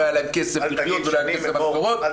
היה להם כסף לחיות ולא היה כסף --- הסמינרים